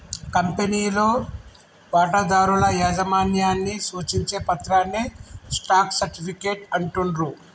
కంపెనీలో వాటాదారుల యాజమాన్యాన్ని సూచించే పత్రాన్నే స్టాక్ సర్టిఫికేట్ అంటుండ్రు